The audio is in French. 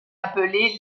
appelés